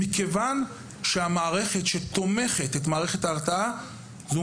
מכיוון שהמערכת שתומכת במערכת ההרתעה זו